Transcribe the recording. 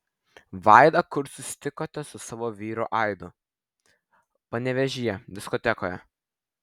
vaida kur susitikote su savo vyru aidu panevėžyje diskotekoje